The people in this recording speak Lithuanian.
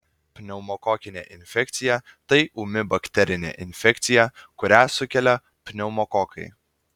pneumokokinė infekcija tai ūmi bakterinė infekcija kurią sukelia pneumokokai